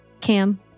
Cam